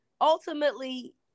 ultimately